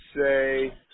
say